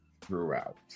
throughout